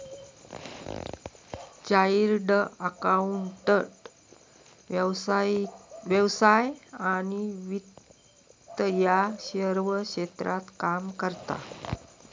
chartered accountant व्यवसाय आणि वित्त या सर्व क्षेत्रात काम करता